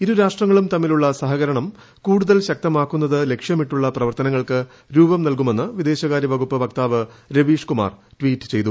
ഇരു രാഷ്ട്രങ്ങളും തമ്മിലുള്ള സഹകരണം കൂടുതൽ ശക്തമാക്കുന്നത് ലക്ഷ്യമിട്ടുള്ള പ്രവർത്തനങ്ങൾക്ക് രൂപം നൽകുമെന്ന് വിദേശകാര്യ വകുപ്പ് വക്താവ് രവീഷ്കുമാർ ട്വീറ്റ് ചെയ്തു